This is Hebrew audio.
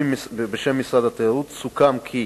בשם משרד התיירות, סוכם כי: